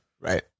Right